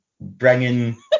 bringing